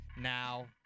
now